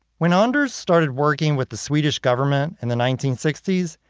when anders started working with the swedish government in the nineteen sixty s,